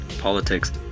politics